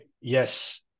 yes